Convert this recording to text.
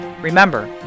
Remember